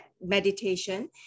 meditation